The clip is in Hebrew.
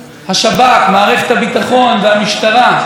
וכבר התקשורת הישראלית וגם חלקים בשמאל